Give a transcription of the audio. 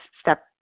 step